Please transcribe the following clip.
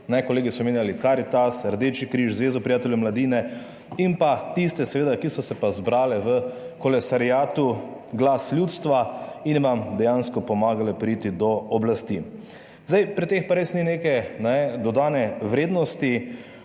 Kolegi so omenjali Karitas, Rdeči križ, Zvezo prijateljev mladine in pa tiste seveda, ki so se pa zbrale v kolesariatu Glas ljudstva in vam dejansko pomagale priti do oblasti. Pri teh pa res ni neke dodane vrednosti.